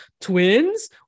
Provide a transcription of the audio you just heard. twins